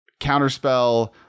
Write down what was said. counterspell